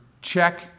check